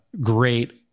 great